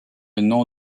nom